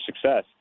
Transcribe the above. success